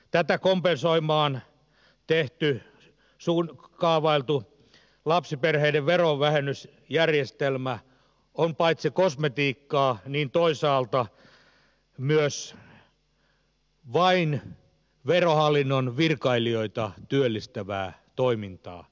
tätä kompensoimaan kaavailtu lapsiperheiden verovähennysjärjestelmä on paitsi kosmetiikkaa toisaalta myös vain verohallinnon virkailijoita työllistävää toimintaa